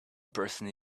person